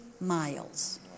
miles